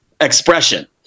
expression